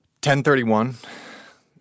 1031